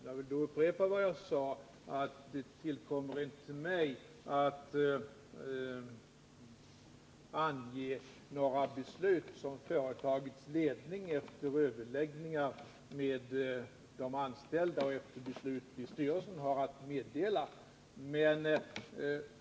Jag vill då upprepa att det inte tillkommer mig att formulera några beslut som företagets ledning har att fatta efter överläggningar med de anställda.